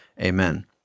Amen